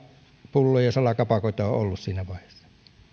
salapulloja salakapakoita on ollut siinä vaiheessa